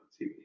TV